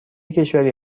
کشوری